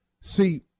See